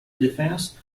defense